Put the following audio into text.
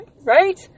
Right